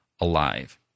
alive